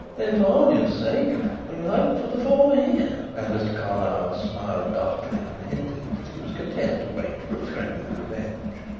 then for hollyer's sake we will hope for the former here. and mr. carlyle smiled darkly and hinted that he was content to wait for a friendly revenge.